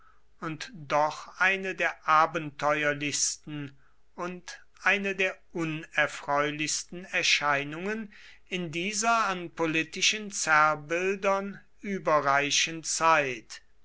und doch eine der abenteuerlichsten und eine der unerfreulichsten erscheinungen in dieser an politischen zerrbildern überreichen zeit